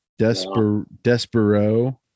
Despero